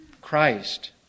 Christ